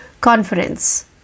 conference